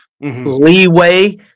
Leeway